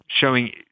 showing